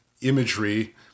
imagery